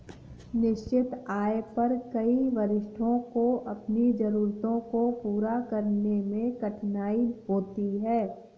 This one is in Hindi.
निश्चित आय पर कई वरिष्ठों को अपनी जरूरतों को पूरा करने में कठिनाई होती है